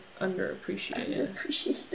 Underappreciated